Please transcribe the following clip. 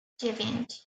dziewięć